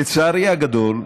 לצערי הגדול,